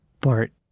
Bart